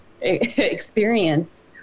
experience